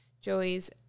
Joey's